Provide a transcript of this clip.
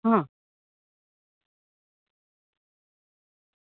હ